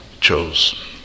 chose